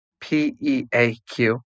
P-E-A-Q